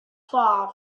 far